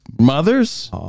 mothers